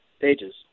pages